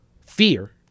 fear